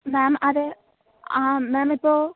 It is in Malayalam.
മേം അത് ആ മേം ഇപ്പോൾ